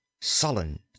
sullen